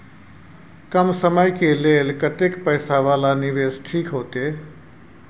कम समय के लेल कतेक पैसा वाला निवेश ठीक होते?